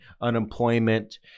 unemployment